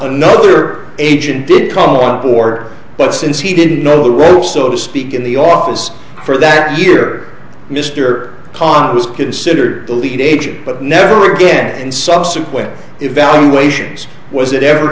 another agent did call up war but since he didn't know the ropes so to speak in the office for that year mr cobb was considered the lead agent but never again and subsequent evaluations was it ever